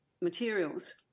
materials